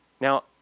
Now